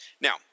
Now